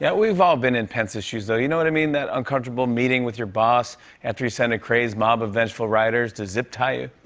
we've all been in pence's shoes, though. you know what i mean? that uncomfortable meeting with your boss after he sent a crazed mob of vengeful rioters to zip-tie you.